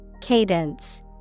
Cadence